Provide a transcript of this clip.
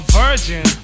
virgin